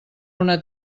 una